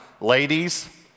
ladies